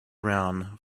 around